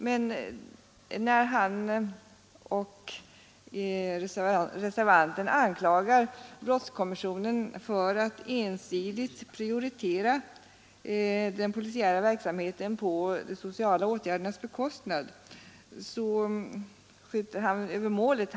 Men när herr Takman och reservanten anklagar brottskommissionen för att ensidigt prioritera den polisiära verksamheten på de sociala åtgärder nas bekostnad så skjuter han över målet.